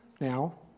now